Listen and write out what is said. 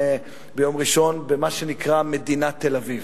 יום ראשון במה שנקרא "מדינת תל-אביב",